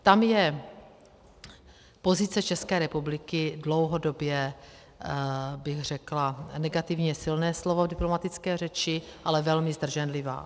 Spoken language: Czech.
Tam je pozice České republiky dlouhodobě, bych řekla, negativně je silné slovo v diplomatické řeči, ale velmi zdrženlivá.